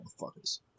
motherfuckers